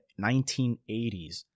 1980s